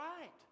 right